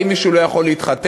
האם מישהו לא יכול להתחתן?